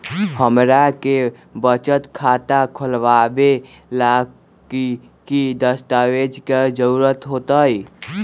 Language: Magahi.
हमरा के बचत खाता खोलबाबे ला की की दस्तावेज के जरूरत होतई?